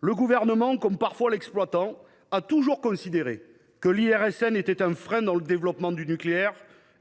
Le Gouvernement, comme parfois l’exploitant, a toujours considéré que l’IRSN était un frein dans le développement du nucléaire